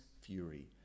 fury